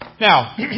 Now